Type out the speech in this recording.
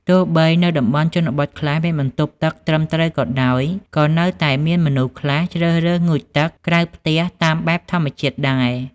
ទោះបី នៅតំបន់ជនបទខ្លះមានបន្ទប់ត្រឹមត្រូវក៏ដោយ ក៏នៅតែមានមនុស្សខ្លះជ្រើសរើសងូតទឹកក្រៅផ្ទះតាមបែបធម្មជាតិដែរ។